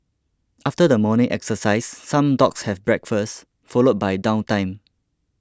after the morning exercise some dogs have breakfast followed by downtime